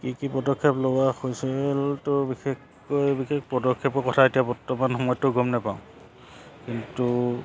কি কি পদক্ষেপ লোৱা হৈছিলতো বিশেষকৈ বিশেষ পদক্ষেপৰ কথা এতিয়া বৰ্তমান সময়তো গম নেপাওঁ কিন্তু